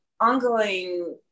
ongoing